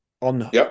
on